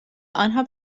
آنها